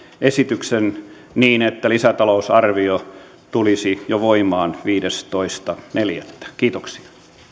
esityksen niin että lisätalousarvio tulisi voimaan jo viidestoista neljättä kiitoksia